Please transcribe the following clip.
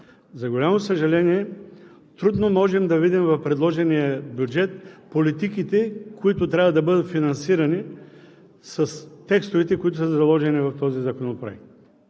За голямо съжаление трудно можем да видим в предложения бюджет политиките, които трябва да бъдат финансирани, с текстовете, които са заложени в този законопроект.